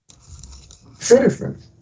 citizens